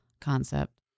concept